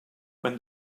when